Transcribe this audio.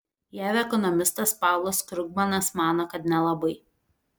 jav ekonomistas paulas krugmanas mano kad nelabai